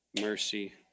mercy